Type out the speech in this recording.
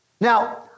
Now